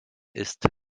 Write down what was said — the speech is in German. ist